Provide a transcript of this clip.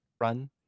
run